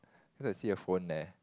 cause I see a phone there